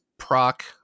proc